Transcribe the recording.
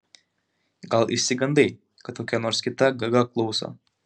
gal išsigandai kad kokia nors kita gaga klauso